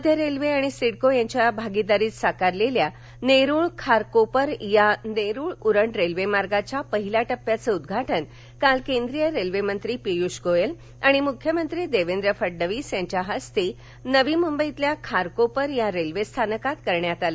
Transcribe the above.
मध्य रेल्वे आणि सिडको यांच्या भागीदारीत साकारलेल्या नेरूळ खारकोपर या नेरूळ उरण रेल्वेमार्गाच्या पहिल्या टप्याचे उद्घाटन काल केंद्रीय रेल्वे मंत्री पियूष गोयल आणि मुख्यमंत्री देवेंद्र फडणवीस यांच्या हस्ते नवी मुंबईतल्या खारकोपर या रेल्वे स्थानकात करण्यात आलं